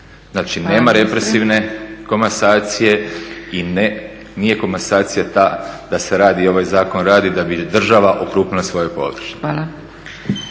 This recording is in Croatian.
Znači, nema represivne komasacije i nije komasacija ta da se radi ovaj zakon da bi država okrupnila svoje površine.